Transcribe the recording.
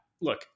Look